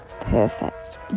perfect